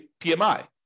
PMI